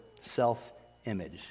self-image